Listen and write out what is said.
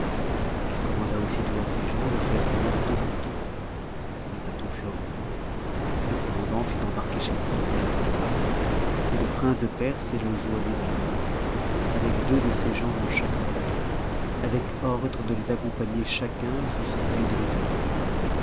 il commanda aussitôt à ses gens de venir deux bateaux quand les bateaux furent venus le commandant fit embarquer schemseinihar dans l'un et le prince de perse et le joaillier dans l'autre avec deux de ses gens dans chaque bateau avec ordre de les accompagner chacun jusqu'où ils devaient aller